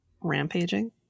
rampaging